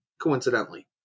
Coincidentally